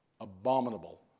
abominable